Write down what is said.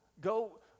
go